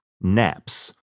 NAPS